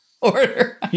Order